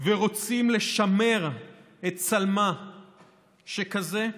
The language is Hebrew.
ורוצים לשמר את צלמה שכזה,